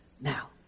now